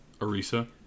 Arisa